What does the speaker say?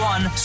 One